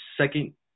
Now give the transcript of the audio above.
second